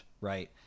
right